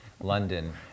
London